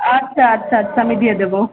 আচ্ছা আচ্ছা আচ্ছা আমি দিয়ে দেব